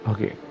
Okay